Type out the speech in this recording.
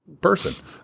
person